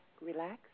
relax